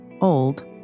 old